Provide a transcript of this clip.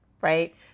right